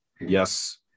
yes